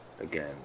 again